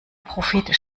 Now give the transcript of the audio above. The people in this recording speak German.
profit